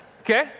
Okay